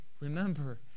remember